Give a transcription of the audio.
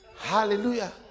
Hallelujah